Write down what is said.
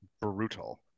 brutal